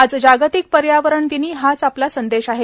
आज जागतिक पर्यावरण दिनी हाच आपला संदेश आहे